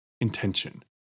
intention